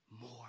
more